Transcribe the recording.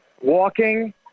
walking